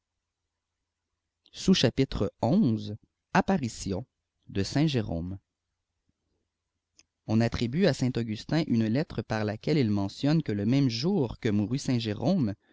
de aintjérâme on attribue à saint augustin une lettre par laquelle il mentionne que le même jour que